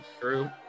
true